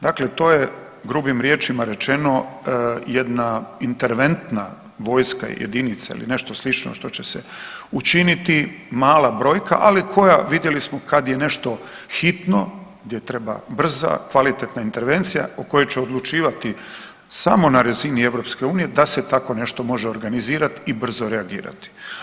Dakle, to je drugim riječima rečeno, jedna interventna vojska, jedinica ili nešto slično što će se učiniti, mala brojka ali koja vidjeli smo, kad je nešto hitno, gdje treba brza, kvalitetna intervencija u kojoj će odlučivati samo na razini EU-a, da se tako nešto može organizirati i brzo reagirati.